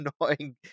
annoying